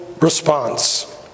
Response